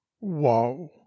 Woe